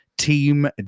Team